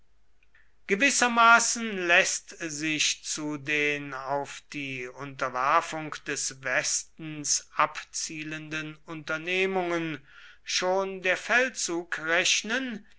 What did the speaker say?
gewissermaßen läßt sich zu den auf die unterwerfung des westens abzielenden unternehmungen schon der feldzug rechnen